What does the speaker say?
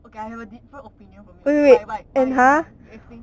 okay I have a different opinion from you okay why why why you explain